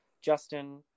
Justin